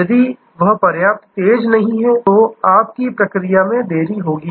यदि वह पर्याप्त तेज़ नहीं है तो आपकी प्रक्रिया जांच में देरी होगी